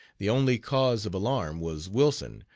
the only cause of alarm was wilson,